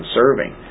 serving